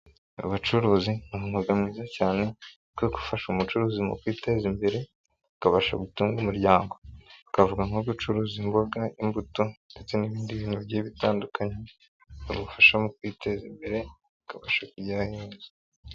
Abacuruzi ni umwuga mwiza cyane kuko ufasha umucuruzi mu kwiteza imbere, ukabasha gutunga umuryango, twavuga nko gucuruza imboga, imbuto ndetse n'ibindi bintu bigiye bitandukanye, bigufasha mu kwiteza imbere, ukabasha kugera aheza.